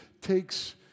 takes